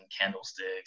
candlesticks